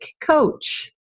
coach